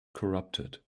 corrupted